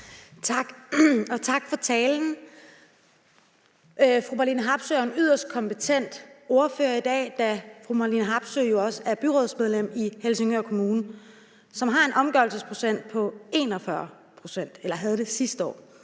tak for talen. Fru Marlene Harpsøe er en yderst kompetent ordfører her, da fru Marlene Harpsøe jo også er byrådsmedlem i Helsingør Kommune, som har en omgørelsesprocent på 41 – det havde de sidste år.